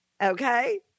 Okay